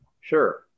Sure